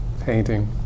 painting